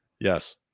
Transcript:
Yes